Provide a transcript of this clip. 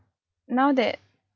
now that